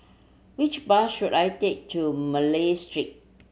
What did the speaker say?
which bus should I take to Malay Street